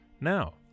Now